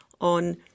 on